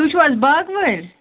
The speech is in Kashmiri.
تُہۍ چھُو حظ باغہٕ وٲلۍ